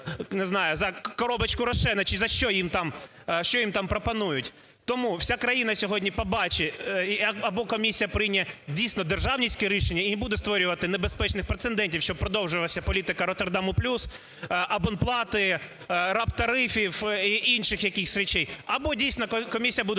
не знаю, за коробочку "Рошена" чи за що їм там… що їм там пропонують. Тому вся країна сьогодні побачить: або комісія прийме, дійсно, державницьке рішення і не буде створювати небезпечних прецедентів, щоб продовжувалася політика "Роттердам плюс" – абонплати, RAB-тарифів і інших якихось речей; або, дійсно, комісія буде